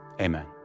Amen